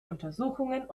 untersuchungen